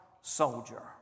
soldier